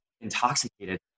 intoxicated